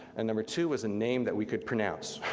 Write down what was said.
and number two, was a name that we could pronounce.